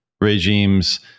regime's